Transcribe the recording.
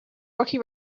rocky